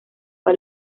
fue